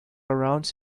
around